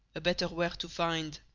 a better where to find.